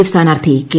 F സ്ഥാനാർത്ഥി K